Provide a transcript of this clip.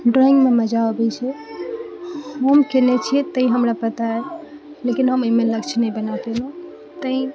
ड्रॉइंगमे मजा अबै छै हम केने छियै तैॅं हमरा पता लेकिन हम एहिमे लक्ष्य नहि बना सकलहुॅं तैॅं